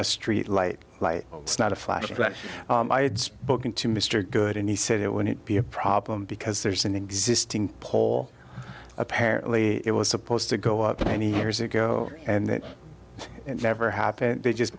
street light like it's not a flashback i had spoken to mr good and he said it wouldn't be a problem because there's an existing pole apparently it was supposed to go up to twenty years ago and it never happened they just